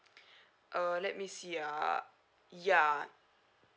uh let me see ya ya